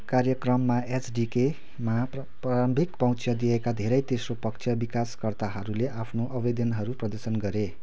कार्यक्रममा एसडिकेमा प्रारम्भिक पहुँच दिइएका धेरै तेस्रो पक्ष विकासकर्ताहरूले आफ्ना आवेदनहरू प्रदर्शन गरे